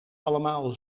allemaal